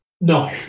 No